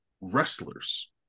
wrestlers